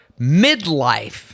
midlife